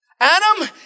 Adam